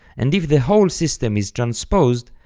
and if the whole system is transposed,